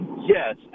Yes